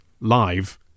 live